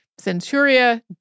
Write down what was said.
Centuria